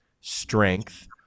strength